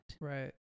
Right